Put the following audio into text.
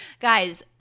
Guys